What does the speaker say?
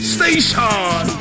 Station